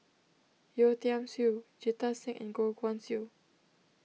Yeo Tiam Siew Jita Singh and Goh Guan Siew